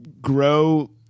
grow